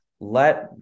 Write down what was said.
Let